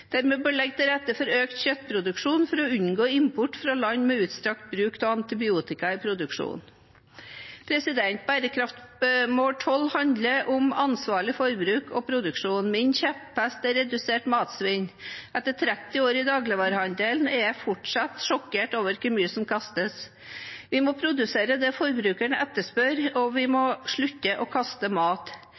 bør legge til rette for økt kjøttproduksjon for å unngå import fra land med utstrakt bruk av antibiotika i produksjonen. Bærekraftsmål 12 handler om ansvarlig forbruk og produksjon. Min kjepphest er redusert matsvinn. Etter 30 år i dagligvarehandelen er jeg fortsatt sjokkert over hvor mye som kastes. Vi må produsere det forbrukerne etterspør, og vi må slutte å kaste mat.